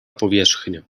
powierzchnia